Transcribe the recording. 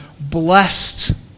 blessed